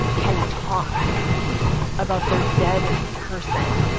can talk about their dead person,